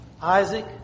Isaac